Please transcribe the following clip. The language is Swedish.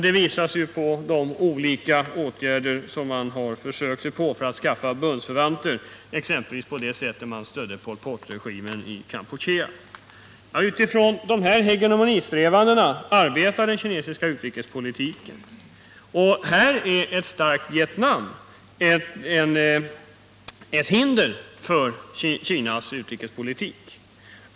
Det visar sig genom de olika åtgärder man försökt vidta för att skaffa bundsförvanter, exempelvis på det sätt man stödde Pol Pot-regimen i Kampuchea. Utifrån dessa hegemonisträvanden arbetar den kinesiska ledningen, och här är ett starkt Vietnam ett hinder för Kinas utrikespolitik.